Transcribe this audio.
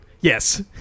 Yes